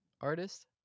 artist